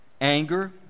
anger